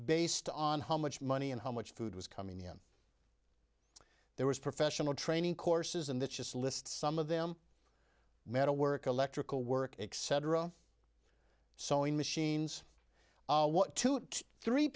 based on how much money and how much food was coming in there was professional training courses and that's just a list some of them metal work electrical work except sewing machines what two to three